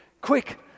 quick